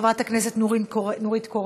חברת הכנסת נורית קורן,